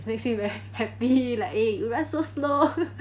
it makes me very happy like eh you run so slow